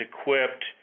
equipped